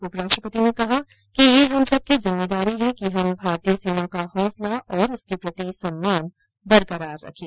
उप राष्ट्रपति ने कहा है कि यह हम सब की जिम्मेदारी है कि हम भारतीय सेना का हौसला और उसके प्रति सम्मान बरकरार रखें